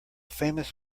famous